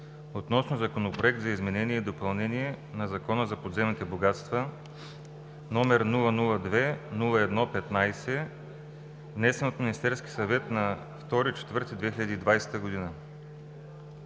относно Законопроект за изменение и допълнение на Закона за подземните богатства, № 002-01-15, внесен от Министерския съвет на 2 април